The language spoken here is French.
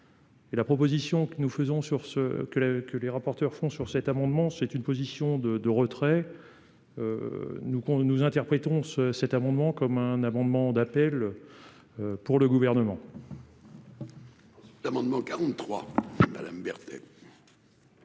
ce que la que les rapporteurs font sur cet amendement, c'est une position de de retrait nous qu'on ne nous interprétons ce cet amendement comme un amendement d'appel pour le gouvernement.